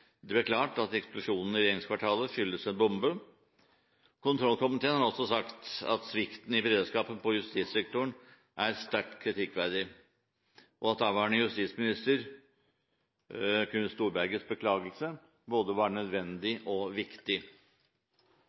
det var klart at eksplosjonen i regjeringskvartalet skyldtes en bombe. Kontrollkomiteen har også sagt at svikten i beredskapen på justissektoren er sterkt kritikkverdig og at beklagelsen til daværende justisminister, Knut Storberget, både var nødvendig og viktig.